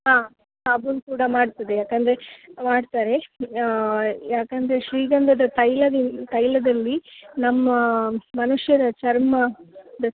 ಹಾಂ ಸಾಬೂನು ಕೂಡ ಮಾಡ್ತದೆ ಯಾಕೆಂದ್ರೆ ಮಾಡ್ತಾರೆ ಯಾಕೆಂದ್ರೆ ಶ್ರೀಗಂಧದ ತೈಲದಿನ ತೈಲದಲ್ಲಿ ನಮ್ಮ ಮನುಷ್ಯರ ಚರ್ಮ ದ